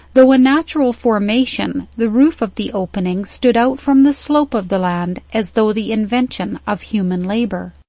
though a natural formation, the roof of the opening stood out from the slope of the land as though the invention of human labour.